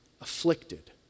afflicted